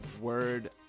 word